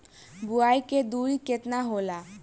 बुआई के दूरी केतना होला?